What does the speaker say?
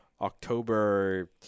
October